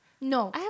No